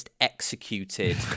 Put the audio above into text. executed